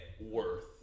worth